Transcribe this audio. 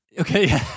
Okay